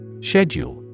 Schedule